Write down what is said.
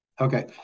Okay